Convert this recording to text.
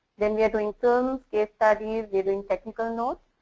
then we are doping films, case studies, giving technical note.